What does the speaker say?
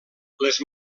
les